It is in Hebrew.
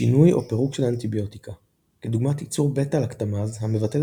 שינוי או פירוק של האנטיביוטיקה כדוגמת ייצור בטא לקטמאז המבטל